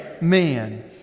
man